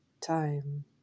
time